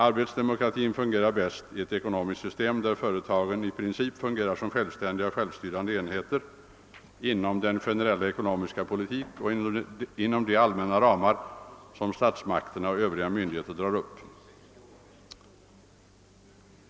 Arbetsdemokratin fungerar bäst i ett ekonomiskt system, där företagen i princip utgör självständiga och självstyrande enheter inom den generella ekonomiska politiken och inom de allmänna ramar, som statsmakterna och övriga myndigheter drar upp.